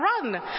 run